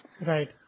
Right